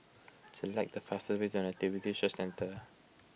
select the fastest way the Nativity Church Centre